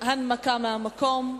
הנמקה מהמקום.